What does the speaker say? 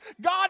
God